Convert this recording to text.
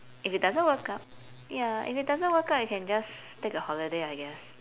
if it doesn't work out ya if it doesn't work out you can just take a holiday I guess